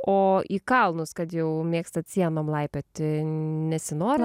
o į kalnus kad jau mėgstat sienom laipioti nesinori